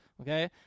okay